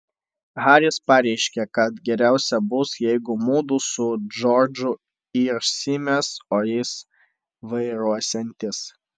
haris pareiškė kad geriausia bus jeigu mudu su džordžu irsimės o jis vairuosiantis